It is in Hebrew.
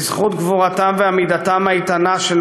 בזכות גבורתם ועמידתם האיתנה של